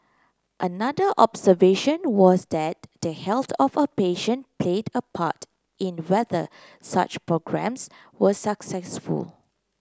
another observation was that the health of a patient played a part in whether such programmes were successful